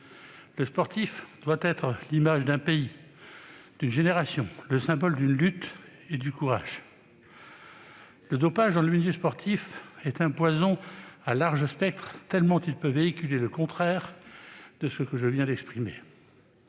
Le sportif doit être l'image d'un pays, d'une génération, le symbole d'une lutte et du courage. Le dopage dans le milieu sportif est un poison à large spectre, tant il véhicule des idées contraires à celles que je viens d'exprimer.